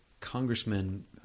congressman